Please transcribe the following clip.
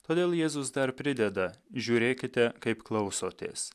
todėl jėzus dar prideda žiūrėkite kaip klausotės